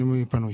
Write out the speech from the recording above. אני פנוי.